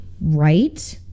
right